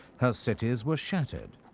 her cities were shattered.